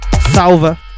Salva